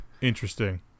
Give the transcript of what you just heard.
Interesting